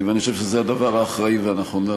אני חושב שזה הדבר האחראי והנכון לעשות.